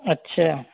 اچھا